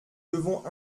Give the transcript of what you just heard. devons